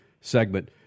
segment